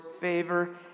favor